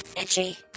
Itchy